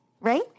Right